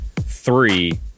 Three